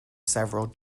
several